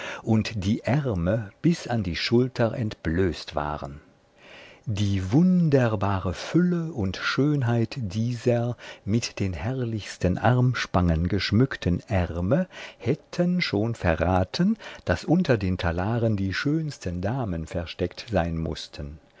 und die ärme bis an die schulter entblößt waren die wunderbare fülle und schönheit dieser mit den herrlichsten armspangen geschmückten ärme hätten schon verraten daß unter den talaren die schönsten damen versteckt sein mußten